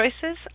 Choices